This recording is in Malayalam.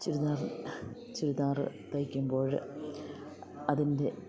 ചുരിദാറ് ചുരിദാറ് തയിക്കുമ്പോഴ് അതിൻ്റെ